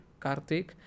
Karthik